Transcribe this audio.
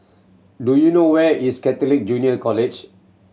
do you know where is Catholic Junior College